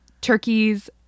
Turkey's